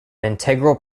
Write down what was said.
integral